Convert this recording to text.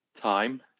Time